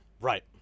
Right